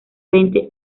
veinte